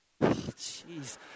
Jeez